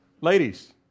Ladies